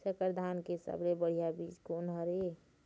संकर धान के सबले बढ़िया बीज कोन हर ये?